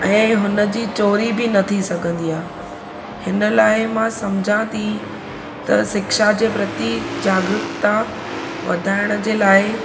ऐं हुनजी चोरी बि न थी सघंदी आहे हिन लाइ मां सम्झां थी त शिक्षा जे प्रति जागरूकता वधाइण जे लाइ